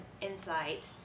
insight